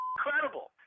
Incredible